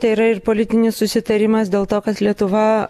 tai yra ir politinis susitarimas dėl to kad lietuva